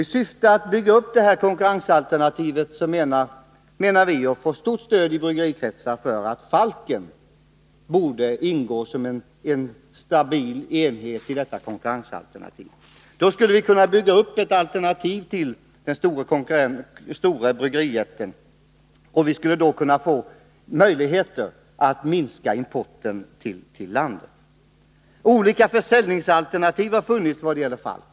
Vi menar — och i det avseendet får vi stort stöd från företrädare inom bryggerikretsar — att Falken borde ingå som en stabil enhet i det aktuella konkurrensalternativet. Då skulle vi kunna bygga upp ett alternativ till bryggerijätten, och vi skulle få möjligheter att minska importen. Olika försäljningsalternativ har funnits vad gäller Falken.